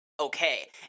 okay